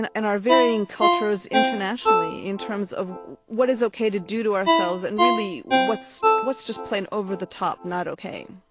and and our varying culture is internationally, in terms of what is okay to do to ourselves ourselves and really what's what's just plain over the top not okay?